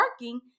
working